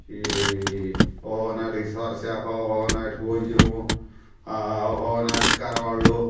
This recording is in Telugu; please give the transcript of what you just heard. ఈ ఒకనాటికి సొరచేప ఒకనాటికి ఒంజీరము ఒకనాటికి కరవాళ్ళు